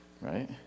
Right